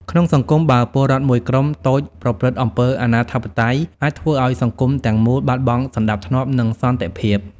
ក្នុងសង្គម បើពលរដ្ឋមួយក្រុមតូចប្រព្រឹត្តអំពើអនាធិបតេយ្យ អាចធ្វើឲ្យសង្គមទាំងមូលបាត់បង់សណ្ដាប់ធ្នាប់ និងសន្តិភាព។